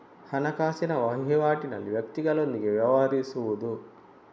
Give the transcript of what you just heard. ಹಣಕಾಸಿನ ವಹಿವಾಟಿನಲ್ಲಿ ವ್ಯಕ್ತಿಗಳೊಂದಿಗೆ ವ್ಯವಹರಿಸುವುದು